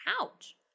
Ouch